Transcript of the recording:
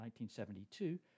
1972